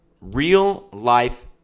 Real-life